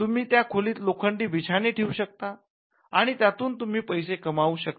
तुम्ही त्या खोलीत लोखंडी बिछाने ठेवू शकता आणि त्यातून तुम्ही पैसे कमावु शकता